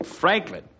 Franklin